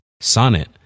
Sonnet